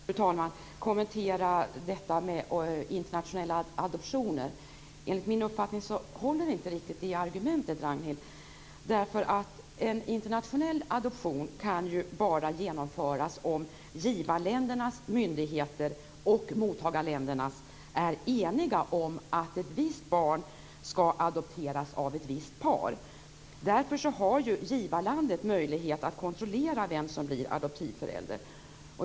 Fru talman! Jag känner ett behov av att kommentera detta med internationella adoptioner. Enligt min uppfattning håller inte Ragnhilds argument riktigt, därför att en internationell adoption kan ju bara genomföras om givarländernas och mottarländernas myndigheter är eniga om att ett visst barn skall adopteras av ett visst par. Därför har givarlandet möjlighet att kontrollera den som blir adoptivförälder.